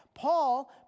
Paul